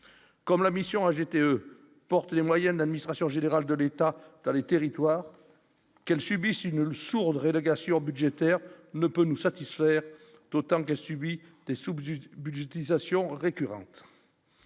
comme la mission a GTE, les moyens de l'administration générale de l'État dans les territoires qu'elles subissent une sourde réelégation budgétaire ne peut nous satisfaire, d'autant qu'elle subit des soupes juste budgétisation récurrente.